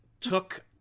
took